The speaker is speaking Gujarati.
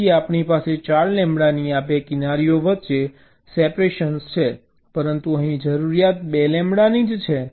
તેથી આપણી પાસે 4 લેમ્બડાની આ 2 કિનારીઓ વચ્ચે સેપરેશન છે પરંતુ અહીં જરૂરિયાત 2 લેમ્બડાની છે